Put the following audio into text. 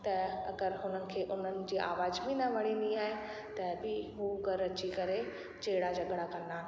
त अगरि हुननि खे उन्हनि जी आवाज़ बि न वणंदी आहे त बि हू घरि अची करे जहिड़ा झॻिड़ा कंदा आहिनि